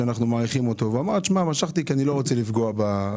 שהוא משך את החתימה שלו כי הוא לא רצה לפגוע בציבור.